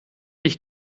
ich